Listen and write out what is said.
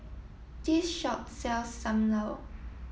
this shop sells Sam Lau